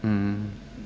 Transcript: mm